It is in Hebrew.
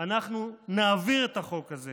אנחנו נעביר את החוק הזה